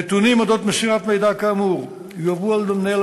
נתונים על מסירת מידע כאמור יועברו על-ידי מנהל